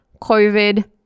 COVID